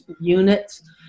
units